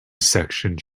sections